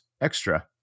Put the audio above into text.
extra